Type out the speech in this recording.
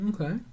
okay